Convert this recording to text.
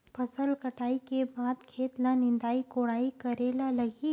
फसल कटाई के बाद खेत ल निंदाई कोडाई करेला लगही?